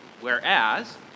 Whereas